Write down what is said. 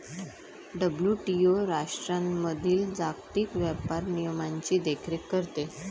WTO राष्ट्रांमधील जागतिक व्यापार नियमांची देखरेख करते